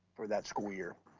for that school year.